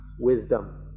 wisdom